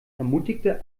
ermutigte